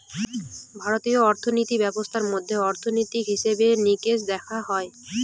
ভারতীয় অর্থিনীতি ব্যবস্থার মধ্যে অর্থনীতি, হিসেবে নিকেশ দেখা হয়